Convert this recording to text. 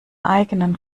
eigenen